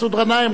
מסעוד גנאים,